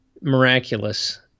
miraculous